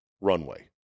runway